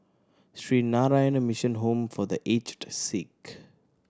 Sree Narayana Mission Home for The Aged Sick